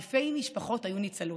אלפי משפחות היו ניצלות.